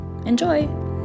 Enjoy